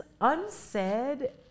unsaid